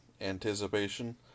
anticipation